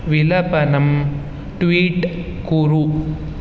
विलपनं tweet कुरु